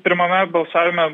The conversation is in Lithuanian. pirmame balsavime